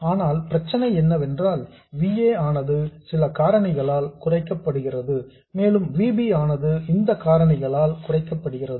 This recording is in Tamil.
ஆனால் பிரச்சனை என்னவென்றால் V a ஆனது சில காரணிகளால் குறைக்கப்படுகிறது மேலும் V b ஆனது இந்த காரணிகளால் குறைக்கப்படுகிறது